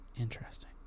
Interesting